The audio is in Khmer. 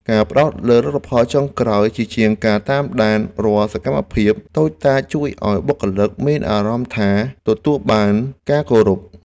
ការផ្តោតលើលទ្ធផលចុងក្រោយជាជាងការតាមដានរាល់សកម្មភាពតូចតាចជួយឱ្យបុគ្គលិកមានអារម្មណ៍ថាទទួលបានការគោរព។